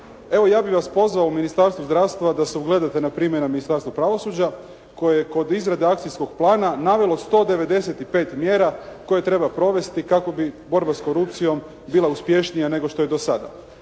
Evo ja bih vas pozvao u Ministarstvo zdravstva da se ugledate na primjeru Ministarstva pravosuđa koje je kod izrade akcijskog plana navelo 195 mjera koje treba provesti kako bi borba s korupcijom bila uspješnija nego što je do sada.